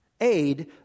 Aid